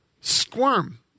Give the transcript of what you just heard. squirm